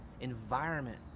environment